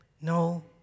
No